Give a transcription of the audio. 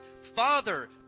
Father